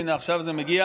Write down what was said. עכשיו אני מגיע